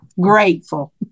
Grateful